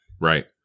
right